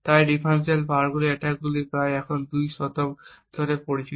তাই differential power অ্যাটাকগুলি এখন প্রায় দুই দশক ধরে পরিচিত